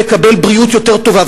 מקבל בריאות יותר טובה,